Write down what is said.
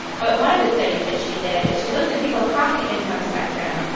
but one of the studies that she did is she looks at people across the income spectrum,